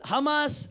Hamas